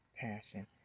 passion